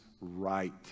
right